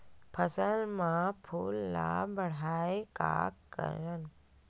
फसल म फूल ल बढ़ाय का करन?